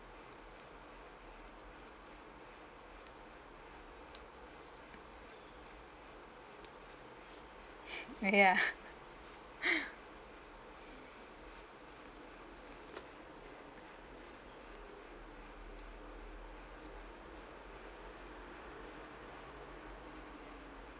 mm ya